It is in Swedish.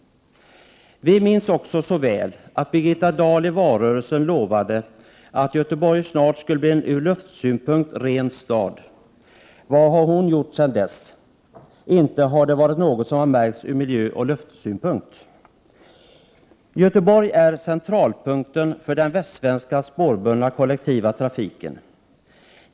Vi minns mycket väl Birgitta Dahls löfte i valrörelsen om att Göteborg med tanke på luften där snart skulle bli en ren stad. Men vad har hon gjort sedan dess? Ja, inte har hon åtstadkommit något som märks på miljön eller luften. Göteborg är centralpunkten för den västsvenska spårbundna kollektiva trafiken.